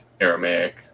Aramaic